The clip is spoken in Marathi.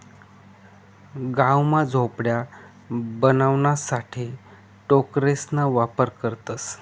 गाव मा झोपड्या बनवाणासाठे टोकरेसना वापर करतसं